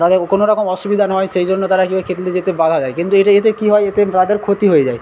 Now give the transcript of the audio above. তাদের কোনো রকম অসুবিধা না হয় সেই জন্য তারা কী হয় খেলতে যেতে বাধা দেয় কিন্তু এটা এতে কী হয় এতে তাদের ক্ষতি হয়ে যায়